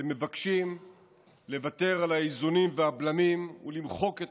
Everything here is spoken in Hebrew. אתם מבקשים לוותר על האיזונים והבלמים ולמחוק את